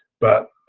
but